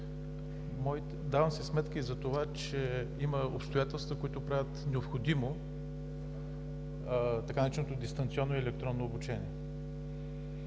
Давам си сметка и за това, че има обстоятелства, които правят необходимо така нареченото дистанционно и електронно обучение.